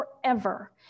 forever